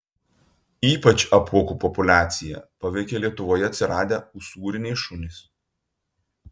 ypač apuokų populiaciją paveikė lietuvoje atsiradę usūriniai šunys